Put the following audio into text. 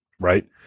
right